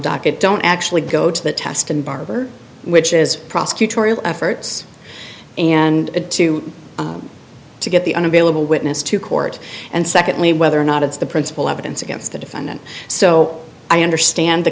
docket don't actually go to the test and barber which is prosecutorial efforts and to to get the unavailable witness to court and secondly whether or not it's the principle evidence against the defendant so i understand the